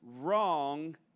wrong